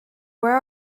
where